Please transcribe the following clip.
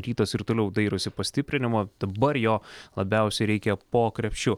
rytas ir toliau dairosi pastiprinimo dabar jo labiausiai reikia po krepšiu